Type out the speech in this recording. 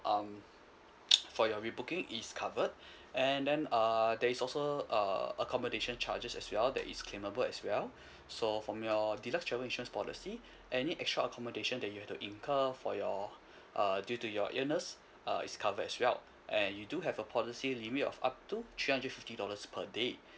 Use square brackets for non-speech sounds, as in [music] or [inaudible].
um [noise] for your rebooking is covered and then err there is also uh accommodation charges as well that is claimable as well so from your deluxe travel insurance policy any extra accommodation that you had to incur for your err due to your illness err is covered as well and you do have a policy limit of up to three hundred fifty dollars per day